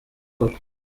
koko